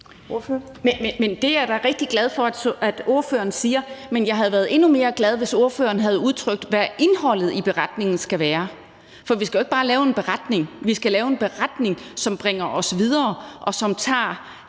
Det er jeg da rigtig glad for at ordføreren siger. Men jeg havde været endnu mere glad, hvis ordføreren havde udtrykt, hvad indholdet i beretningen skal være. For vi skal jo ikke bare lave en beretning, men vi skal også lave en beretning, som bringer os videre, og som tager